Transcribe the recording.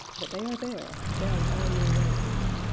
but they are there, down all your ways.